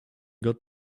got